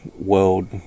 world